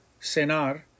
cenar